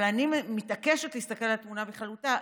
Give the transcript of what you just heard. אבל אני מתעקשת להסתכל על התמונה בכללותה,